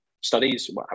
studies